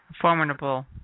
Formidable